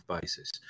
basis